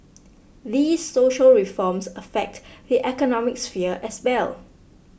these social reforms affect the economic sphere as well